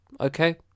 okay